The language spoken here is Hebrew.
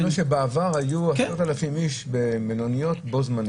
אני יודע שבעבר היו 10,000 איש במלוניות בו זמנית.